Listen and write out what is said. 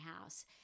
house